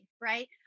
right